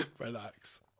relax